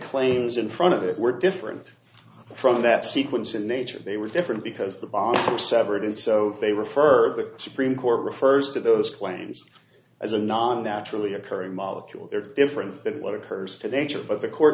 claims in front of it were different from that sequence in nature they were different because the bombs were severed and so they refer the supreme court refers to those claims as a non naturally occurring molecule they're different than what occurs to nature but the court